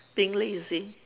being lazy